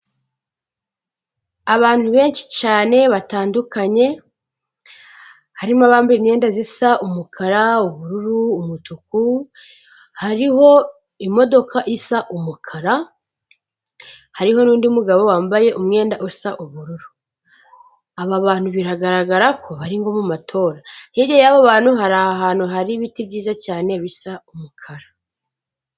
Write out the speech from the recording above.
Abantu benshi cyane batandukanye, harimo abambaye imyenda zisa umukara, ubururu, umutuku, hariho imodoka isa umukara, hariho n'undi mugabo wambaye umwenda usa ubururu. Aba bantu biragaragara ko bari nko mu matora. Hirya yabo bantu hari ahantu hari ibiti byiza cyane bisa umukara.